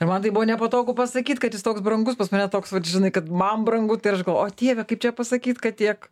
ir man taip buvo nepatogu pasakyt kad jis toks brangus pas mane toks vat žinai kad man brangu tai aš galvojau o dieve kaip čia pasakyt kad tiek